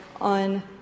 on